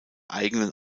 eigenen